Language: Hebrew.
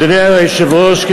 אדוני היושב-ראש,